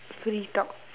free talk